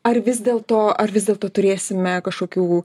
ar vis dėl to ar vis dėlto turėsime kažkokių